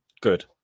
good